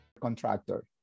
contractor